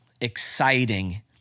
exciting